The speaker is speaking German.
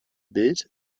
bild